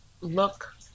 look